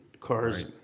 Cars